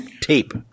tape